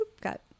got